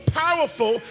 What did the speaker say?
powerful